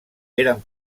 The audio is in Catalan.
eren